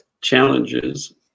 challenges